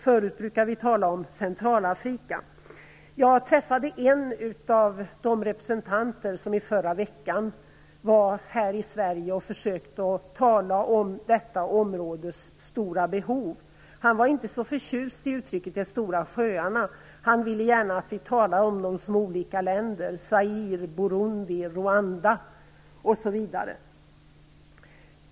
Förut brukade vi tala om Centralfrika. Jag träffade en av de representanter som förra veckan var här i Sverige och försökte tala om nämnda områdes stora behov. Den här representanten var inte så förtjust i uttrycket De stora sjöarna, utan han ville gärna att vi talade om de olika länderna - Zaire, Burundi, Rwanda osv.